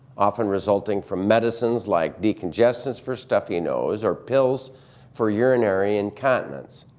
often resulting from medicines like decongestants for stuffy nose or pills for urinary incontinence,